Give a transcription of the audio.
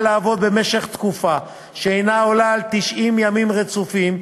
לעבוד במשך תקופה שאינה עולה על 90 ימים רצופים,